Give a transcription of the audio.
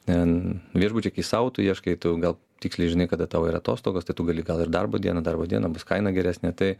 ten viešbučiai kai sau tu ieškai tu gal tiksliai žinai kada tau yra atostogos tai tu gali gal ir darbo dieną darbo dieną bus kaina geresnė tai